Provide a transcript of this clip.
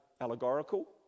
allegorical